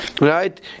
right